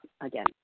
again